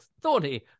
thorny